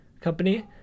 company